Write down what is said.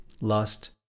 lust